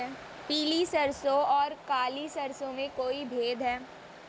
पीली सरसों और काली सरसों में कोई भेद है?